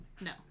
No